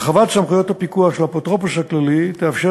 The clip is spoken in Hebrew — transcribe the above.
הרחבת סמכויות הפיקוח של האפוטרופוס הכללי תאפשר